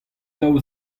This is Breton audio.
daou